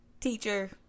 teacher